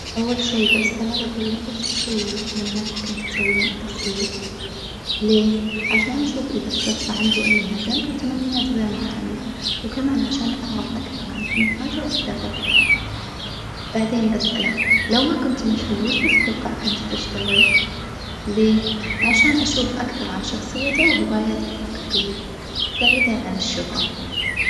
أول شي بسأله بجوله إيش الشي التتمنى كنت تسويه وإنت صغير؟ ليه؟ عشان أشوف إذا الشخص عنده أي ندم أو تمنيات غير مكتملة، وكمان عشان أعرف أكثرعن طموحاته وأهدافه في الحياة، بعدين بسأله لو ما كنت مشهور ويش بتتوقع كنت تشتغل؟ ليه؟ عشان أشوف أكثر عن شخصيته وهوايته الحقيقية بعيدًا عن الشهرة.